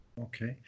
Okay